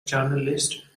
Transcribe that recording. journalist